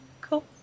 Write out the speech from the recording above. Cool